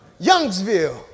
Youngsville